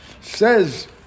Says